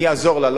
יעזור לה,